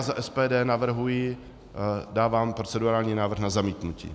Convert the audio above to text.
já za SPD navrhuji, dávám procedurální návrh na zamítnutí.